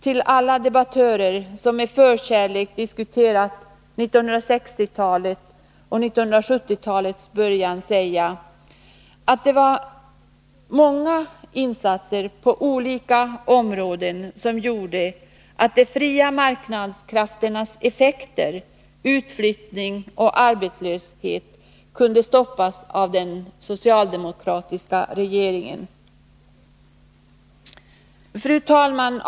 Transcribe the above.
Till alla debattörer som med förkärlek diskuterar 1960 och 1970-talets början skulle jag också vilja säga att det var många insatser på olika områden som gjorde att de fria marknadskrafternas effekter, utflyttning och arbetslöshet, kunde stoppas av den socialdemokratiska regeringen.